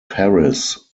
paris